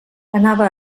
anava